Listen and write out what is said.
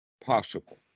possible